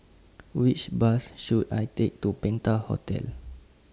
Which Bus should I Take to Penta Hotel